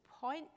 point